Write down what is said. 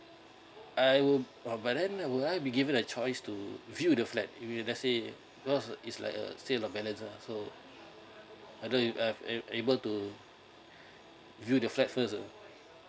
I would but then that would I be given a choice to view the flat if we let's say because uh it's like a it's sale of balance ah so either you I've able to view the flat first